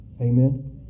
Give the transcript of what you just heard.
Amen